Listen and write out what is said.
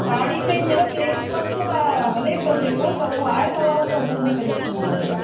साड़ियुनि में हींअर प्लेन कॉन्सेप्ट हले पियो जेको त उहो आहे तव्हां वटि त उह मूंखे ॾिसिणो आहे भला